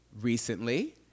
recently